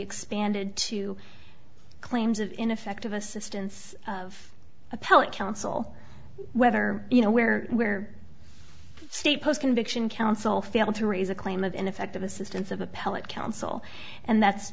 expanded to claims of ineffective assistance of appellate counsel whether you know where where state post conviction counsel failed to raise a claim of ineffective assistance of appellate counsel and that's